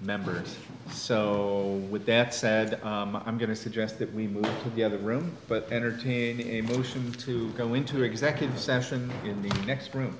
members so with that said i'm going to suggest that we move to the other room but entertain a motion to go into executive session in the next room